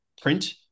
print